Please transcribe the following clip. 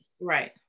right